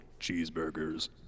cheeseburgers